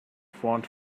font